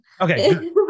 Okay